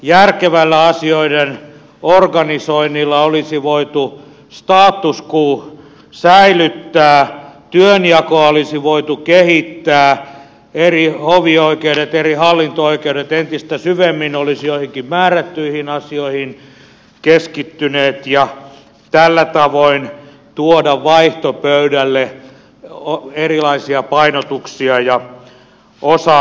järkevällä asioiden organisoinnilla olisi voitu status quo säilyttää työnjakoa olisi voitu kehittää eri hovioikeudet eri hallinto oikeudet olisivat keskittyneet entistä syvemmin joihinkin määrättyihin asioihin ja tällä tavoin olisi voitu tuoda vaihtopöydälle erilaisia painotuksia ja osaamisia